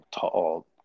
tall